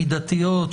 מידתיות,